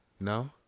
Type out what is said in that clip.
No